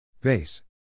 BASE